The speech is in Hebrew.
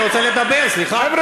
אני רוצה לדבר, סליחה.